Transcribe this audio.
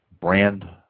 brand